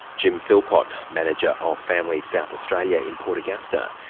jim philpot, manager of families south australia in port augusta.